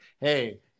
Hey